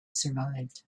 survived